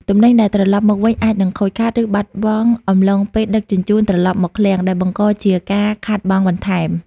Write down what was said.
ទំនិញដែលត្រឡប់មកវិញអាចនឹងខូចខាត ឬបាត់បង់អំឡុងពេលដឹកជញ្ជូនត្រឡប់មកឃ្លាំង ដែលបង្កជាការខាតបង់បន្ថែម។